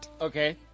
Okay